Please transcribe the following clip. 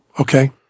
okay